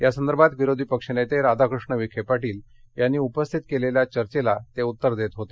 यासंदर्भात विरोधी पक्ष नेते राधाकृष्ण विखे पाटील यांनी उपस्थित केलेल्या चर्चेला ते उत्तर देत होते